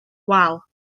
wal